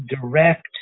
direct